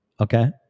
Okay